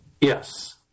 Yes